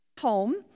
home